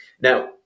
Now